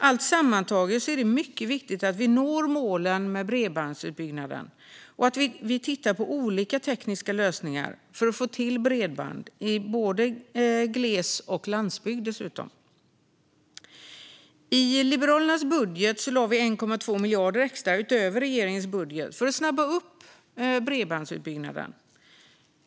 Allt sammantaget är det mycket viktigt att vi når målen för bredbandsutbyggnaden och att vi tittar på olika tekniska lösningar för att få bredband också i glesbygd och på landsbygden. I Liberalernas budget lade vi 1,2 miljarder extra utöver regeringens budget för att snabba på bredbandsutbyggnaden.